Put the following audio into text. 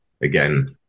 again